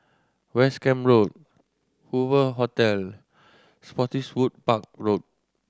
West Camp Road Hoover Hotel Spottiswoode Park Road